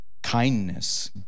kindness